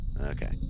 Okay